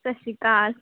ਸਤਿ ਸ਼੍ਰੀ ਅਕਾਲ